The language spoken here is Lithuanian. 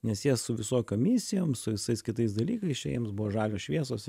nes jie su visokiom misijom su visais kitais dalykais jiems buvo žalios šviesos